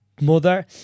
mother